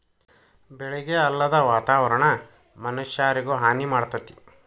ಬೆಳಿಗೆ ಅಲ್ಲದ ವಾತಾವರಣಾ ಮನಷ್ಯಾರಿಗು ಹಾನಿ ಮಾಡ್ತತಿ